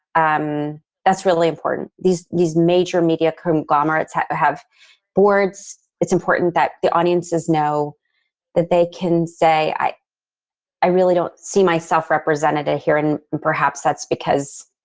um that's really important. these, these major media conglomerates have have boards. it's important that the audiences know that they can say i i really don't see myself represented ah here. and perhaps that's because